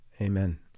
amen